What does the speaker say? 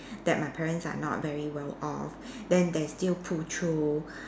that my parents are not very well off then they still pull through